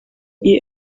iyi